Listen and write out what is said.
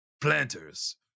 Planters